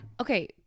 Okay